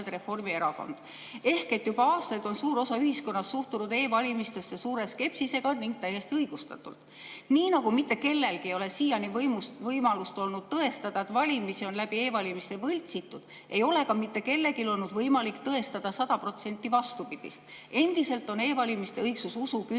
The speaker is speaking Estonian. Ehk siis juba aastaid on suur osa ühiskonnast suhtunud e‑valimistesse suure skepsisega ning seda täiesti õigustatult. [Samas], nii nagu mitte kellelgi ei ole siiani võimalust olnud tõestada, et valimis[tulemusi] on e‑valimiste abil võltsitud, ei ole ka mitte kellelgi olnud võimalik tõestada sada protsenti vastupidist. Endiselt on e‑valimiste õigsus usu küsimus,